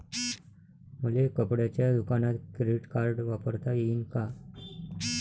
मले कपड्याच्या दुकानात क्रेडिट कार्ड वापरता येईन का?